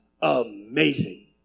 amazing